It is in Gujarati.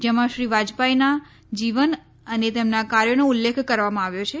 જેમાં વાજપાઈના જીવન અને તેમનાં કાર્યોનો ઉલ્લેખ કરવામાં આવ્યો છે